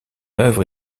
œuvre